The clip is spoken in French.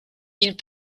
ils